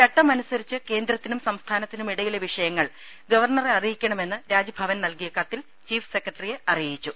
ചട്ടമനുസരിച്ച് കേന്ദ്രത്തിനും സംസ്ഥാനത്തിനുമിടയിലെ വിഷയങ്ങൾ ഗവർണ്ണറെ അറിയിക്കണമെന്ന് രാജ്ഭവൻ നൽകിയ കത്തിൽ ചീഫ് സെക്രട്ടറിയെ അറിയിച്ചു